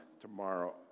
tomorrow